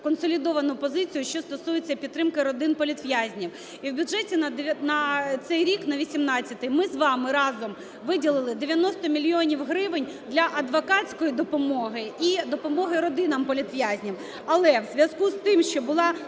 консолідовану позицію, що стосується підтримки родин політв'язнів. І в бюджеті на цей рік, на 18-й, ми з вами разом виділили 90 мільйонів гривень для адвокатської допомоги і допомоги родинам політв'язнів. Але в зв'язку з тим, що була